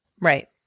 right